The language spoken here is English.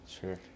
Sure